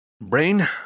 Brain